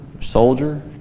Soldier